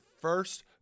first